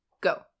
go